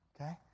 okay